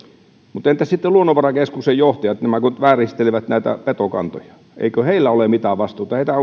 mutta entäs sitten kun luonnonvarakeskuksen johtajat vääristelevät näitä petokantoja eikö heillä ole mitään vastuuta